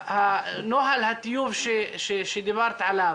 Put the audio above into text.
נוהל הטיוב שדיברת עליו,